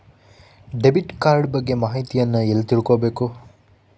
Debit card ಬಗ್ಗೆ ಮಾಹಿತಿಯನ್ನ ಎಲ್ಲಿ ತಿಳ್ಕೊಬೇಕು?